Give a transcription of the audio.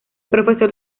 profesor